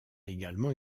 également